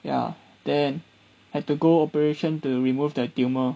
ya then had to go operation to remove the tumour